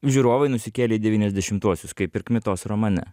žiūrovai nusikėlė į devyniasdešimtuosius kaip ir kmitos romane